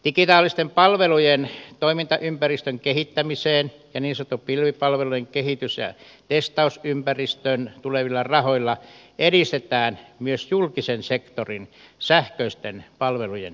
digitaalisten palvelujen toimintaympäristön kehittämiseen ja niin sanottujen pilvipalvelujen kehitys ja testausympäristöön tulevilla rahoilla edistetään myös julkisen sektorin sähköisten palvelujen kehittämistä